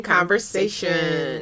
Conversation